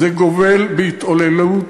זה גובל בהתעללות